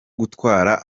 gutwara